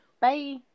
bye